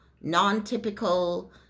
non-typical